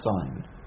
sign